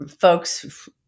folks